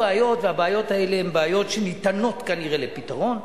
והבעיות האלה הן בעיות שניתנות, כנראה, לפתרון,